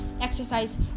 exercise